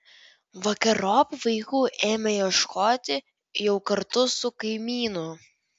vakarop vaikų ėmė ieškoti jau kartu su kaimynu